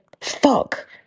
fuck